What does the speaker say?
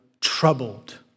troubled